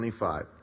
25